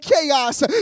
chaos